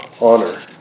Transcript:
honor